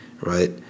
right